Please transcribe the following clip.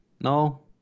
No